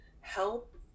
help